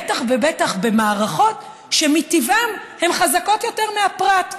בטח ובטח במערכות שמטבען הן חזקות יותר מהפרט.